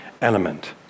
element